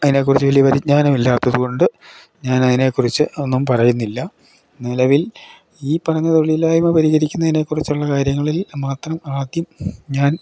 അതിനെക്കുറിച്ച് വലിയ പരിജ്ഞാനമില്ലാത്തത് കൊണ്ട് ഞാൻ അതിനെക്കുറിച്ച് ഒന്നും പറയുന്നില്ല നിലവിൽ ഈ പറഞ്ഞ തൊഴിലില്ലായ്മ പരിഹരിക്കുന്നതിനെക്കുറിച്ചുള്ള കാര്യങ്ങളിൽ മാത്രം ആദ്യം ഞാൻ